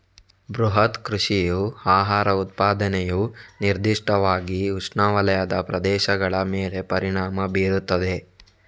ಬೃಹತ್ ಕೃಷಿಯ ಆಹಾರ ಉತ್ಪಾದನೆಯು ನಿರ್ದಿಷ್ಟವಾಗಿ ಉಷ್ಣವಲಯದ ಪ್ರದೇಶಗಳ ಮೇಲೆ ಪರಿಣಾಮ ಬೀರುತ್ತದೆ